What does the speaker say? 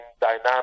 dynamic